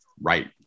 Right